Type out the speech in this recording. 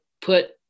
put